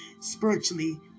spiritually